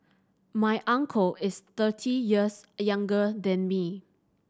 my uncle is thirty years younger than me